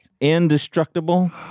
Indestructible